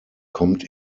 kommt